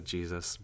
Jesus